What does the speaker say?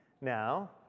Now